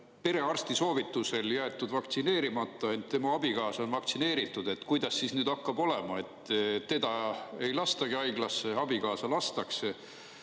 perearsti soovitusel jäetud vaktsineerimata, ent tema abikaasa on vaktsineeritud, siis kuidas nüüd hakkab olema? Kas teda ei lastagi haiglasse, abikaasa lastakse?